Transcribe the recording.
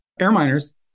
Airminers